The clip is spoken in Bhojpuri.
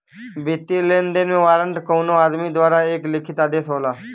वित्तीय लेनदेन में वारंट कउनो आदमी द्वारा एक लिखित आदेश होला